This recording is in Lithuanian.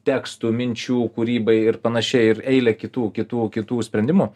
tekstų minčių kūrybai ir panašiai ir eilę kitų kitų kitų sprendimų